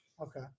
Okay